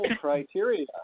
criteria